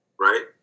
Right